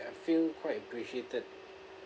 I feel quite appreciated